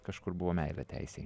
kažkur buvo meilė teisei